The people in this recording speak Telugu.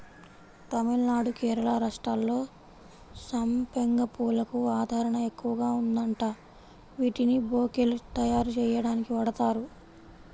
తమిళనాడు, కేరళ రాష్ట్రాల్లో సంపెంగ పూలకు ఆదరణ ఎక్కువగా ఉందంట, వీటిని బొకేలు తయ్యారుజెయ్యడానికి వాడతారు